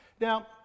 Now